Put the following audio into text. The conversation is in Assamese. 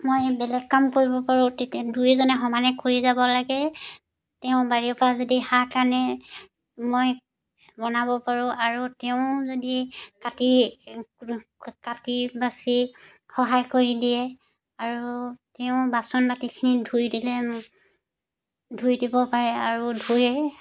মই বেলেগ কাম কৰিব পাৰোঁ তেতিয়া দুয়োজনে সমানে কৰি যাব লাগে তেওঁ বাৰীৰ পৰা যদি শাক আনে মই বনাব পাৰোঁ আৰু তেওঁ যদি কাটি কাটি বাচি সহায় কৰি দিয়ে আৰু তেওঁ বাচন বাতিখিনি ধুই দিলে ধুই দিব পাৰে আৰু ধুৱে